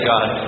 God